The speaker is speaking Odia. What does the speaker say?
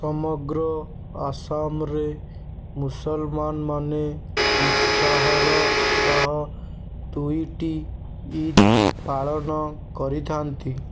ସମଗ୍ର ଆସାମରେ ମୁସଲମାନ ମାନେ ଉତ୍ସାହର ସହ ଦୁଇଟି ଇଦ୍ ପାଳନ କରିଥାନ୍ତି